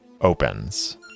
opens